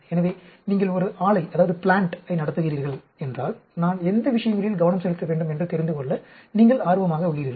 எனவே நீங்கள் ஒரு ஆலையை நடத்துகிறீர்கள் என்றால் நான் எந்த விஷயங்களில் கவனம் செலுத்த வேண்டும் என்று தெரிந்து கொள்ள நீங்கள் ஆர்வமாக உள்ளீர்கள்